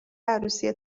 عروسی